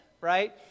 right